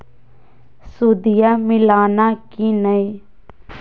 सुदिया मिलाना की नय?